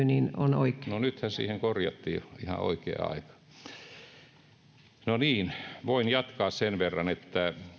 niin paljonko sitä on no nythän siihen korjattiin ihan oikea aika no niin voin jatkaa sen verran että